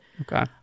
Okay